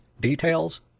details